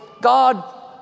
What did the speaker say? God